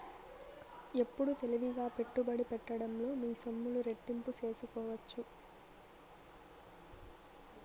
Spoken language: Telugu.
ఎప్పుడు తెలివిగా పెట్టుబడి పెట్టడంలో మీ సొమ్ములు రెట్టింపు సేసుకోవచ్చు